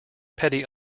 petty